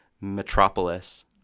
Metropolis